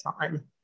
time